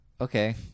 okay